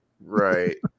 right